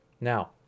Now